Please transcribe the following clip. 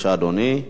בבקשה, אדוני.